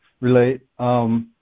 relate